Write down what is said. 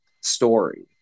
story